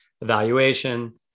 evaluation